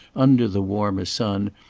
under the warmer sun,